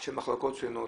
של מחלקות שונות.